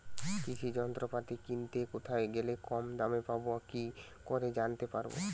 কৃষি যন্ত্রপাতি কিনতে কোথায় গেলে কম দামে পাব কি করে জানতে পারব?